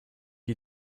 you